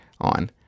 on